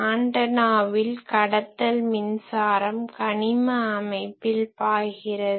ஆன்டனாவில் கடத்தல் மின்சாரம் கனிம அமைப்பில் பாய்கிறது